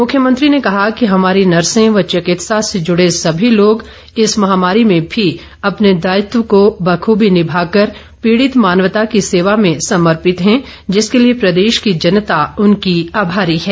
मुख्यमंत्री ने कहा कि हमारी नर्से व चिकित्सा से जुड़े सभी लोग इस महामारी में भी अपने दायित्व को बखूबी निभा कर पीड़ित मानवता की सेवा में समर्पित हैं जिसके लिए प्रदेश की जनता उनकी आभारी है